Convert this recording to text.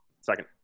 second